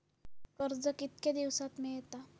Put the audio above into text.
कर्ज कितक्या दिवसात मेळता?